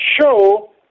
show